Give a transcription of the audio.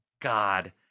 God